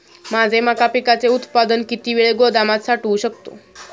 माझे मका पिकाचे उत्पादन किती वेळ गोदामात साठवू शकतो?